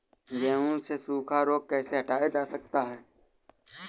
गेहूँ से सूखा रोग कैसे हटाया जा सकता है?